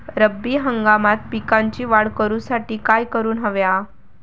रब्बी हंगामात पिकांची वाढ करूसाठी काय करून हव्या?